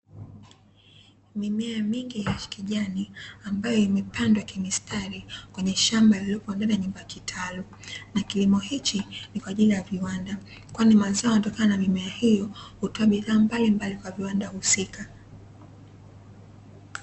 Mimea mingi ya kijani ambayo imepandwa kimistari kwenye shamba lililopo ndani ya nyumba ya kitalu, na kilimo hichi ni kwa ajili ya viwanda kwani mazao yanatokana na mimea hiyo hutoa bidhaa mbalimbali kwa viwanda husika.